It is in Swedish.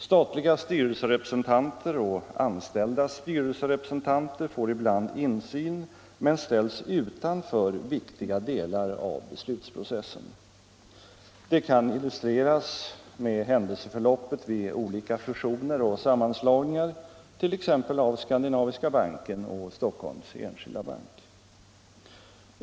Statliga styrelserepresentanter och anställdas styrelserepresentanter får ibland insyn men ställs utanför viktiga delar av beslutsprocessen. Det kan illustreras med händelseförloppet vid olika fusioner och sammanslagningar, t.ex. av Skandinaviska Banken och Stockholms Enskilda Bank.